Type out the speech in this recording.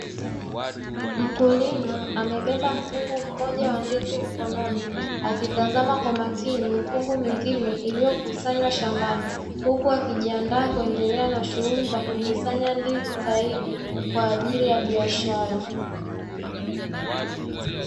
Mkulima amebeba mkungu mmoja wa ndizi mkononi, akitazama kwa makini mikungu mingine iliyokusanywa shambani, huku akijiandaa kuendelea na shughuli za kukusanya ndizi zaidi, kwa ajili ya biashara.